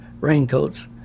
raincoats